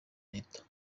leta